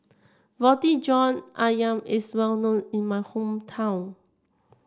Roti John ayam is well known in my hometown